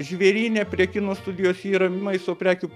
žvėryne prie kino studijos yra maisto prekių